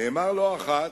נאמר לא אחת,